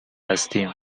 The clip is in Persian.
هستیم